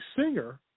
singer